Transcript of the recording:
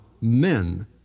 Men